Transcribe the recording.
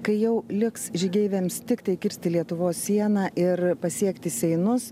kai jau liks žygeiviams tiktai kirsti lietuvos sieną ir pasiekti seinus